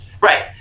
Right